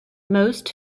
most